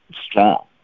strong